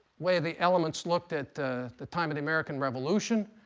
way the elements looked at the time of the american revolution.